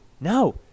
no